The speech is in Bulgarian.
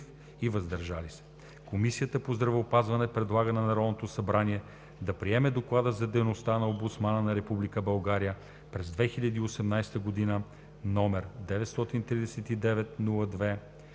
и „въздържал се“ Комисията по здравеопазването предлага на Народното събрание да приеме Доклада за дейността на Омбудсмана на Република България през 2018 г., № 939-02-3,